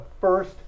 first